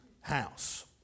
house